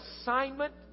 assignment